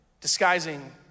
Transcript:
disguising